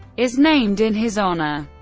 is named in his honour.